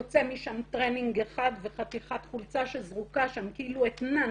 יוצא משם טרנינג אחד וחתיכת חולצה שזרוקה שם כאילו אתנן